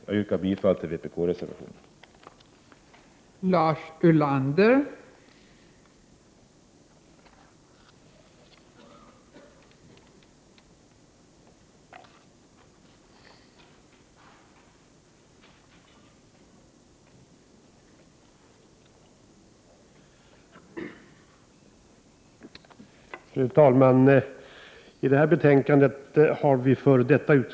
Jag yrkar bifall till vpk-reservationerna.